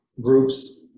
groups